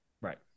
Right